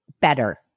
better